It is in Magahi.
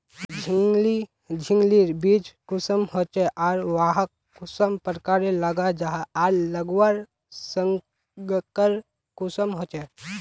झिंगली झिंग लिर बीज कुंसम होचे आर वाहक कुंसम प्रकारेर लगा जाहा आर लगवार संगकर कुंसम होचे?